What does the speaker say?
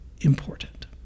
important